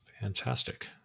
Fantastic